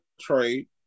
trade